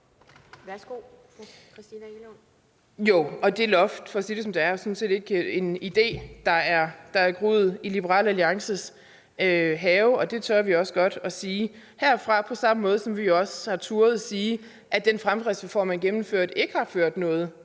Værsgo. Kl. 15:29 Christina Egelund (LA): Jo. Og det loft er – for at sige det, som det er – sådan set ikke en idé, der er vokset i Liberal Alliances have. Det tør vi godt sige herfra på samme måde, som vi også har turdet sige, at den fremdriftsreform, man gennemførte, ikke har ført noget